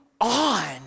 on